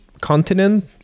continent